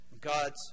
God's